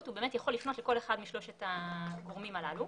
הוא יכול לפנות לכל אחד משלושת הגורמים הללו.